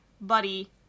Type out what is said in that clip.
buddy